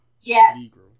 Yes